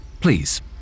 Please